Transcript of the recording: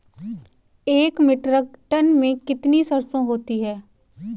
एक metric ton में कितनी सरसों होती है?